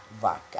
vaca